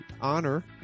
honor